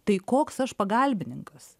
tai koks aš pagalbininkas